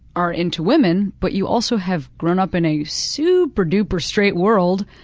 are into women but you also have grown up in a super-duper straight world,